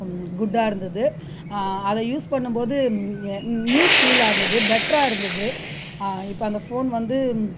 குட்டாயிருந்தது அதை யூஸ் பண்ணும்போது ந்யூ ஃபீலாக இருந்தது பெட்ராகருந்தது இப்போ அந்த ஃபோன் வந்து